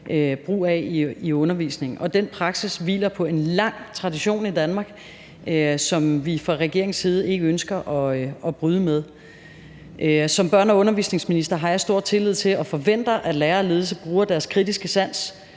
brug af i undervisningen. Den praksis hviler på en lang tradition i Danmark, som vi fra regeringens side ikke ønsker at bryde med. Som børne- og undervisningsminister har jeg stor tillid til og forventer, at lærere og ledelse bruger deres kritiske sans